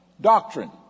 doctrine